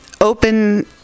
open